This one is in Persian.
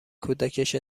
کودکش